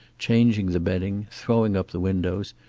changing the bedding, throwing up the windows,